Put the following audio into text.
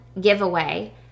giveaway